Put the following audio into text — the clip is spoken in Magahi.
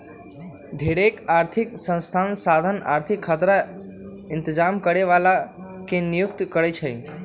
ढेरेक आर्थिक संस्था साधन आर्थिक खतरा इतजाम करे बला के नियुक्ति करै छै